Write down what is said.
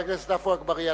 חבר הכנסת עפו אגבאריה,